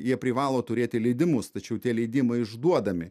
jie privalo turėti leidimus tačiau tie leidimai išduodami